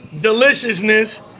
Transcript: deliciousness